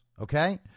okay